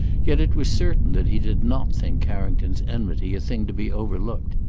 yet it was certain that he did not think carrington's enmity a thing to be overlooked,